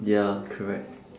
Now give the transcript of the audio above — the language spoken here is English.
ya correct